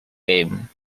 game